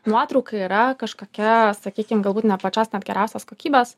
nuotrauka yra kažkokia sakykim galbūt ne pačios geriausios kokybės